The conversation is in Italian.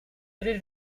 tre